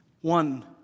One